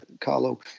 Carlo